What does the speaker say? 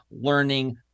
learning